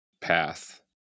path